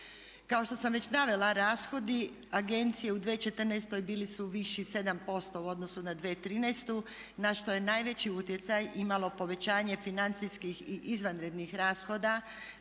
Kao što sam već navela rashodi agencije u 2014. bili su viši 7% u odnosu na 2013. na što je najveći utjecaj imalo povećanje financijskih i izvanrednih rashoda